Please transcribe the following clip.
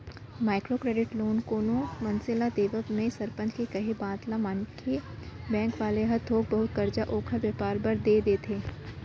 micro credit loan कोनो मनसे ल देवब म सरपंच के केहे बात ल मानके बेंक वाले ह थोक बहुत करजा ओखर बेपार बर देय देथे